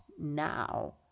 now